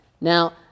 Now